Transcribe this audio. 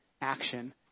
action